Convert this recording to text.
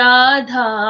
Radha